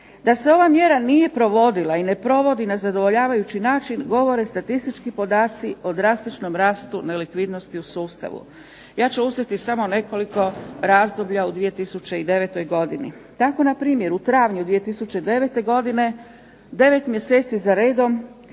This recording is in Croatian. Da se ova mjera nije provodila i ne provodi na zadovoljavajući način govore statistički podaci o drastičnom rastu nelikvidnosti u sustavu. Ja ću … /Govornica se ne razumije./… samo nekoliko razdoblja u 2009. godini. Tako npr, u travnju 2009. godine 9 mjeseci za redom